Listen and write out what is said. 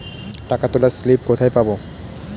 টাকা তোলার স্লিপ কোথায় পাব?